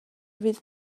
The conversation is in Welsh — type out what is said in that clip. fydd